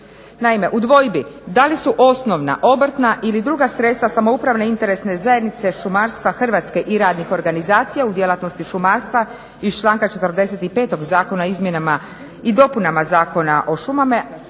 Naime, u dvojbi da li su osnovna, obrtna ili druga sredstva samoupravne interesne zajednice šumarstva Hrvatske i radnih organizacija u djelatnosti šumarstva iz članka 45. Zakona o izmjenama i dopunama Zakona o šumama